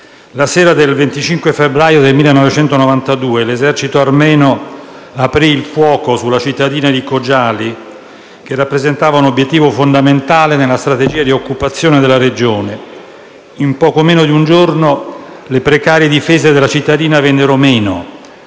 La sera del 25 febbraio 1992, l’esercito armeno aprı il fuoco sulla cittadina di Khojaly, che rappresentava un obiettivo fondamentale nella strategia di occupazione della regione. In poco meno di un giorno, le precarie difese della cittadina vennero meno.